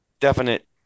definite